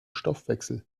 stoffwechsel